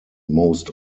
most